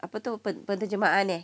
apa tu penterjemahan eh